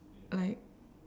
like